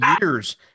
years